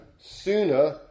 sooner